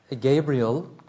Gabriel